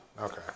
Okay